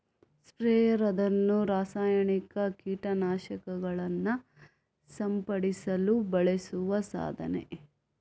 sprayer ಅನ್ನುದು ರಾಸಾಯನಿಕ ಕೀಟ ನಾಶಕಗಳನ್ನ ಸಿಂಪಡಿಸಲು ಬಳಸುವ ಸಾಧನ